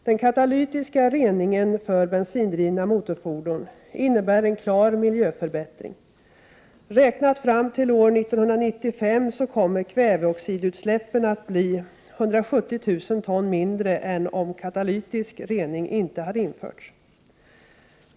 Den katalytiska reningen för bensindrivna motorfordon innebär en klar miljöförbättring. Räknat fram till år 1995 kommer kväveoxidutsläppen att bli 170 000 ton mindre än om katalytisk rening inte hade införts.